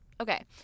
Okay